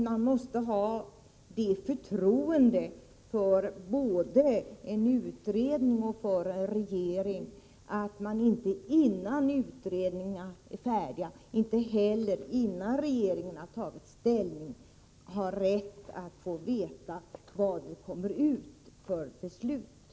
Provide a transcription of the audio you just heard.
Man måste ha förtroende för både en utredning och regeringen och inte kräva att innan utredningen är färdig och regeringen tagit ställning få veta vilka beslut arbetet kommer att leda till.